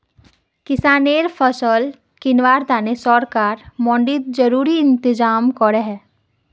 किस्सानेर फसल किंवार तने सरकार मंडित ज़रूरी इंतज़ाम करोह